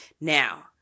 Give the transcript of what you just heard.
Now